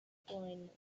blindness